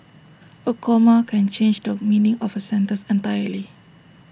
A comma can change the meaning of A sentence entirely